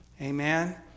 Amen